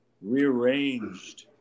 rearranged